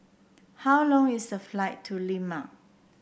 how long is the flight to Lima